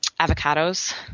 avocados